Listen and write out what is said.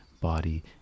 body